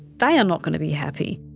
they are not going to be happy.